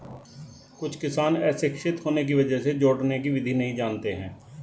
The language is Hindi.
कुछ किसान अशिक्षित होने की वजह से जोड़ने की विधि नहीं जानते हैं